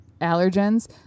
allergens